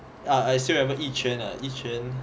ya I still remember yi quan ah yi quan